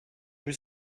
were